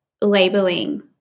labeling